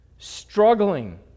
struggling